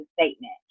statement